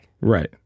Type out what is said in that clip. Right